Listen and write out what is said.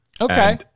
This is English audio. Okay